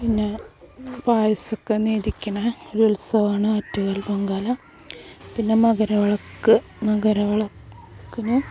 പിന്നെ പായസമൊക്കെ നേധിക്കണ ഉത്സവമാണ് ആറ്റുകാൽ പൊങ്കാല പിന്നെ മകരവിളക്ക് മകരവിളക്കിന്